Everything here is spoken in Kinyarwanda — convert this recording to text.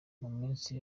munsi